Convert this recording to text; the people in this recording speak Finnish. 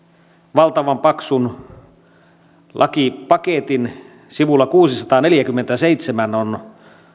valtavan paksun lakipaketin sivulla kuusisataaneljäkymmentäseitsemän on